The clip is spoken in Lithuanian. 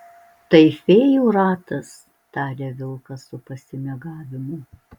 tai fėjų ratas taria vilkas su pasimėgavimu